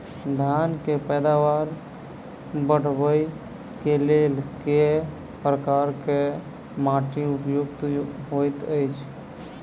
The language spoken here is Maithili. धान केँ पैदावार बढ़बई केँ लेल केँ प्रकार केँ माटि उपयुक्त होइत अछि?